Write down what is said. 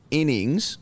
innings